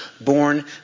born